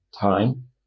time